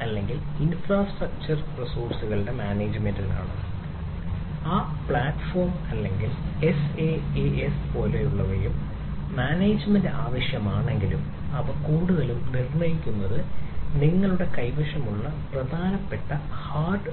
അടിസ്ഥാനമായി ആണ്